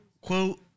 quote